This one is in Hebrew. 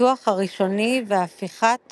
הפיתוח הראשוני והפיכת